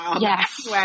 Yes